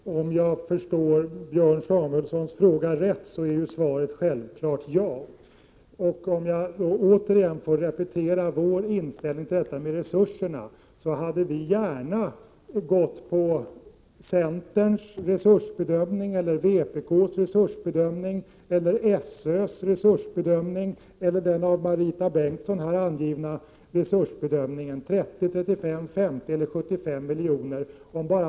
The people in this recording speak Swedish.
Fru talman! Om jag har förstått Björn Samuelsons fråga rätt, blir svaret självfallet ja. Om jag återigen får repetera folkpartiets inställning till detta med resurserna, så hade vi ju gärna gått med på centerns, vpk:s eller SÖ:s bedömning eller den av Marita Bengtsson här angivna resursbedömningen. Prot. 1987/88:126 Vi hade som sagt gärna ställt oss bakom belopp som 30, 35, 50 eller 75 milj. 25 maj 1988 kr.